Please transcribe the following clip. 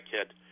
kid